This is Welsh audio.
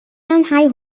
lanhau